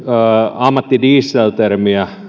ammattidiesel termiä